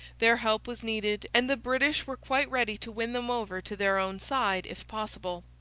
their help was needed, and the british were quite ready to win them over to their own side if possible.